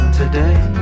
today